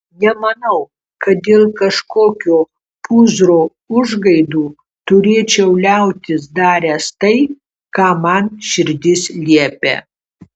nemanau kad dėl kažkokio pūzro užgaidų turėčiau liautis daręs tai ką man širdis liepia